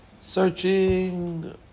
searching